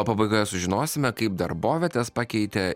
o pabaigoje sužinosime kaip darbovietes pakeitė